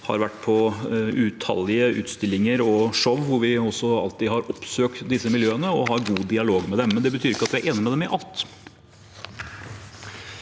jeg har vært på utallige utstillinger og show hvor vi også alltid har oppsøkt disse miljøene og har god dialog med dem. Men det betyr ikke at jeg er enig med dem i alt.